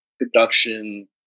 production